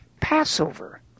Passover